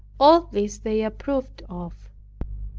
all this they approved of.